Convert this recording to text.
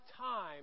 time